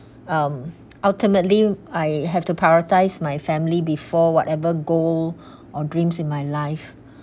um ultimately I have to prioritise my family before whatever goal or dreams in my life